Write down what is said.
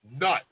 nut